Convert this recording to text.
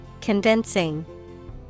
Condensing